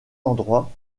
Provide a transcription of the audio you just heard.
endroits